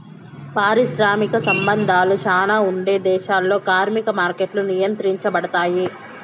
పారిశ్రామిక సంబంధాలు శ్యానా ఉండే దేశాల్లో కార్మిక మార్కెట్లు నియంత్రించబడుతాయి